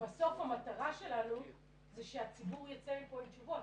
בסוף המטרה שלנו זה שהציבור יצא מפה עם תשובות,